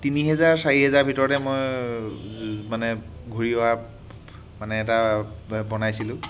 তিনি হেজাৰ চাৰি হেজাৰৰ ভিতৰতে মই মানে ঘূৰি অহাৰ মানে এটা বনাইছিলোঁ